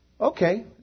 Okay